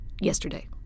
yesterday